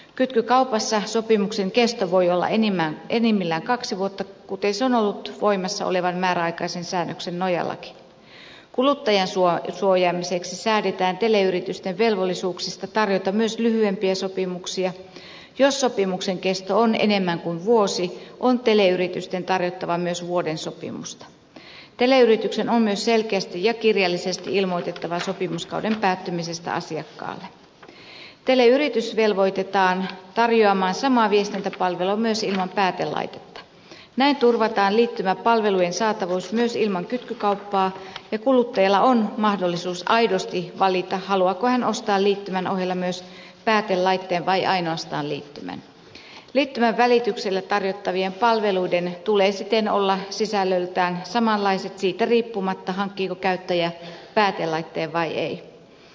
kytkykaupassa sopimuksen kesto voi olla enimmillään kaksi vuotta kuten sanottu voimassa olevan määräaikaisen säännöksen nojallakin kuluttajasuojaa suojan six säädetään teleyritysten velvollisuuksista tarjota myös lyhyempiä sopimuksia jo sopimuksen kesto on enemmän kuin vuosi on teleyritysten tarjottava myös vuoden sopimusta teleyrityksen on myös selkeästi ja kirjallisesti ilmoitettava sopimuskauden päättymisestä asiakkaalle teleyritys velvoitetaan tarjoamaan sama viestintäpalvelu myös ilman päätelaitetta näin turvataan liittymäpalvelujen saatavuus myös ilman kytkykauppaa ja kuluttajilla on mahdollisuus aidosti valita haluaako hän ostaa liittymän ohella myös päätelaitteen vai ainoastaan liittymän liittymän välityksellä tarjottavien palveluiden tulee siten olla sisällöltään samanlaiset siitä riippumatta hankkiiko käyttäjä päätelaitteen vai ei